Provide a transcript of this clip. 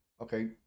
Okay